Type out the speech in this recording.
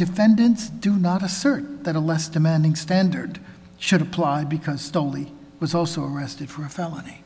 defendants do not assert that a less demanding standard should apply because stanley was also arrested for a felony